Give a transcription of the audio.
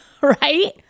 Right